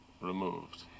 removed